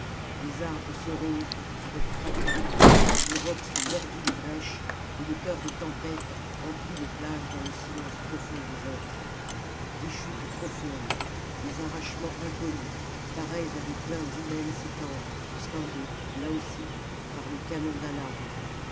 les arbres se rompent avec fracas les rocs sont mordus de brèches et le chœur des tempêtes emplit les plages dans le silence profond des êtres des chutes profondes des arrachements inconnus pareils à des plaintes humaines s'étendent scandées là aussi par le canon d'alarme